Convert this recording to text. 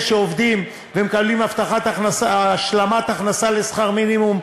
שעובדים ומקבלים השלמת הכנסה לשכר מינימום,